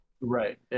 Right